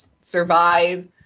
survive